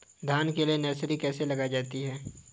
धान के लिए नर्सरी कैसे लगाई जाती है?